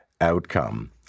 outcome